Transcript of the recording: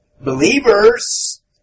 Believers